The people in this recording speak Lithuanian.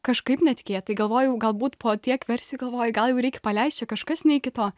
kažkaip netikėtai galvojau galbūt po tiek versijų galvoju gal jau reik paleist čia kažkas ne iki to